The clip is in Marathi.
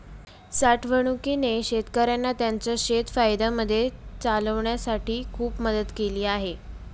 साठवणूकीने शेतकऱ्यांना त्यांचं शेत फायद्यामध्ये चालवण्यासाठी खूप मदत केली आहे